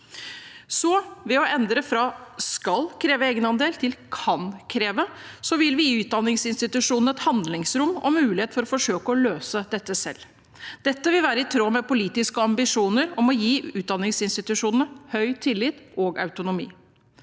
Ved å endre fra «skal kreve egenandel» til «kan kreve» vil vi gi utdanningsinstitusjonene handlingsrom og muligheten til å forsøke å løse dette selv. Dette vil være i tråd med politiske ambisjoner om å gi utdanningsinstitusjonene høy tillit og autonomi.